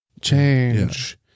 change